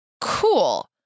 cool